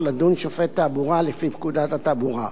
לדון שופט תעבורה לפי פקודת התעבורה.